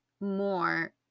more